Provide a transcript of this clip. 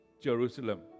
Jerusalem